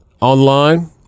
online